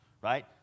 right